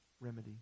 remedy